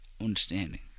Understanding